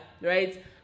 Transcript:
right